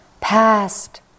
Past